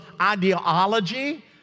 ideology